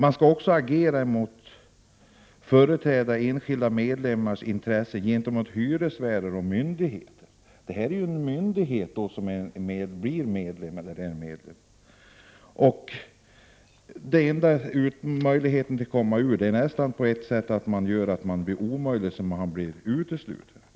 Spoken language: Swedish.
En företagarförening skall också ”företräda enskilda medlemmars intressen gentemot hyresvärd, myndigheter ——-”. Arbetsförmedlingen är ju en myndighet, som alltså är eller blir medlem. Den enda möjligheten att komma ur föreningen är att man gör sig så omöjlig att man blir utesluten.